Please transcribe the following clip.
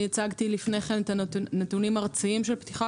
הצגתי קודם נתונים ארציים של פתיחה